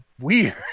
weird